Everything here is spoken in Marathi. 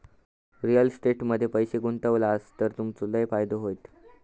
रिअल इस्टेट मध्ये पैशे गुंतवलास तर तुमचो लय फायदो होयत